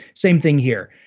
same thing here.